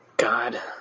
God